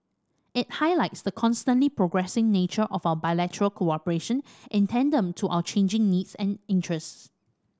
it highlights the constantly progressing nature of our bilateral cooperation in tandem to our changing needs and interests